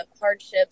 hardships